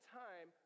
time